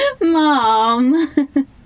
Mom